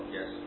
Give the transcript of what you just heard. Yes